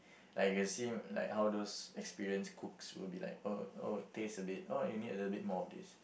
like you see like how those experienced cooks will be like oh oh taste a bit oh you need a little bit more of this